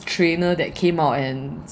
trainer that came out and